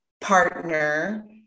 partner